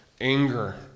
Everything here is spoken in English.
anger